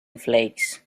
flakes